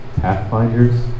pathfinders